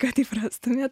kad įprastumėt